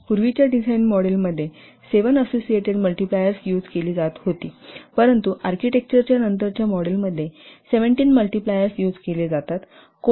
पूर्वीच्या डिझाइन मॉडेलमध्ये 7 associated multipliers होती परंतु आर्किटेक्चरच्या नंतरच्या मॉडेलमध्ये 17 मल्टिप्लायर्स यूज केले जातात